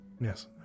yes